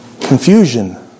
Confusion